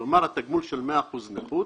כלומר, התגמול של 100% נכות